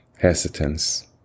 hesitance